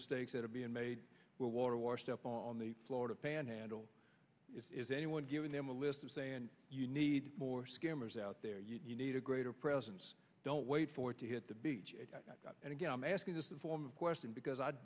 mistakes that have been made where water washed up on the florida panhandle is anyone giving them a list of saying you need more skimmers out there you need a greater presence don't wait for it to hit the beach and again asking this is a form of question because i